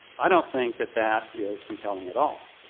i don't think that that is compelling at all.